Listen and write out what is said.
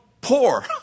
poor